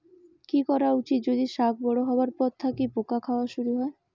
কি করা উচিৎ যদি শাক বড়ো হবার পর থাকি পোকা খাওয়া শুরু হয়?